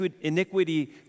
iniquity